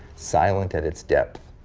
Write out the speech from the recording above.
silent at it's depth.